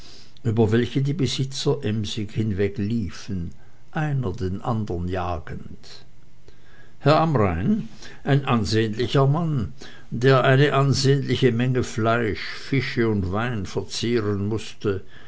über welche die besitzer emsig hinwegliefen einer den andern jagend herr amrain ein ansehnlicher mann der eine ansehnliche menge fleisch fische und wein verzehren mußte